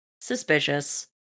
suspicious